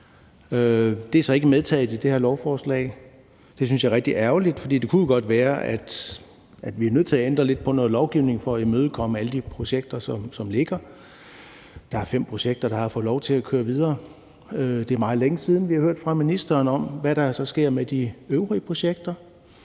Det er så ikke medtaget i det her lovforslag. Det synes jeg er rigtig ærgerligt, for det kan godt være, at vi er nødt til at ændre lidt på noget lovgivning for at imødekomme alle de projekter, som ligger. Der er fem projekter, der har fået lov til at køre videre. Det er meget længe siden, vi har hørt fra ministeren om, hvad der så sker med de øvrige projekter.